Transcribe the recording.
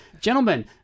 gentlemen